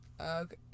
Okay